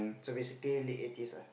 so basically late eighties lah